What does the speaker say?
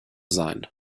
sein